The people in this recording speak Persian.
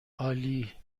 عالی